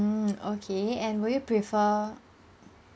mm okay and will you prefer